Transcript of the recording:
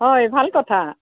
হয় ভাল কথা